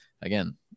again